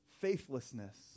faithlessness